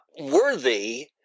worthy